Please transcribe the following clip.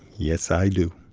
yes, i do.